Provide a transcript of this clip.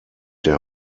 der